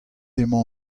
emañ